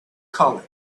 colic